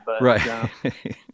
Right